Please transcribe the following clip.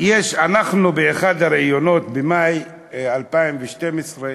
באחד הראיונות במאי 2012,